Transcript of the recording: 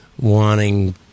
wanting